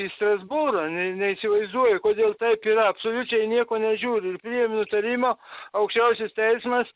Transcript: į strasbūrą ne neįsivaizduoju kodėl taip yra absoliučiai nieko nežiūri ir priėmė nutarimą aukščiausias teismas